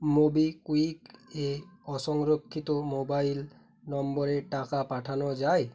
MobiKwik এ অসংরক্ষিত mobile নম্বরে টাকা পাঠানো যায়